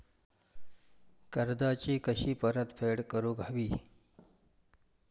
कर्जाची कशी परतफेड करूक हवी?